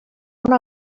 una